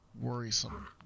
Worrisome